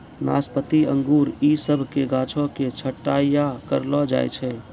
नाशपाती अंगूर इ सभ के गाछो के छट्टैय्या करलो जाय छै